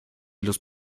los